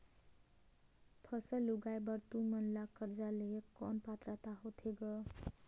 फसल उगाय बर तू मन ला कर्जा लेहे कौन पात्रता होथे ग?